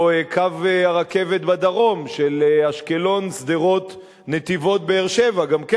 או קו הרכבת בדרום של אשקלון שדרות נתיבות באר-שבע גם כן